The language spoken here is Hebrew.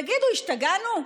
תגידו, השתגענו?